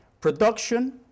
Production